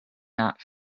not